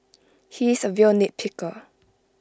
he is A real nitpicker